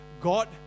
God